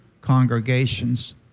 congregations